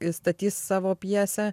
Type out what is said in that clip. jis statys savo pjesę